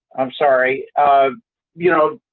i'm sorry um you know,